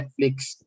Netflix